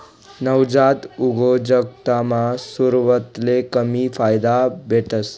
नवजात उद्योजकतामा सुरवातले कमी फायदा भेटस